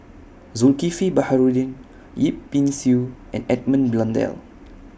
Zulkifli Baharudin Yip Pin Xiu and Edmund Blundell